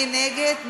מי נגד?